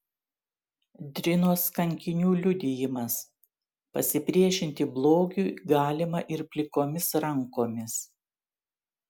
drinos kankinių liudijimas pasipriešinti blogiui galima ir plikomis rankomis